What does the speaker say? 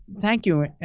thank you.